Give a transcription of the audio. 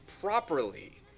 properly